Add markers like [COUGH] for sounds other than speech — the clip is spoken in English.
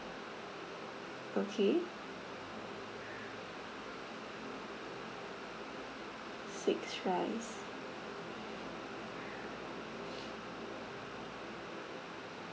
okay six rice [BREATH]